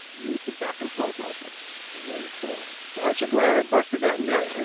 use the back and forth motion very cool aren't you glad i busted that myth for you?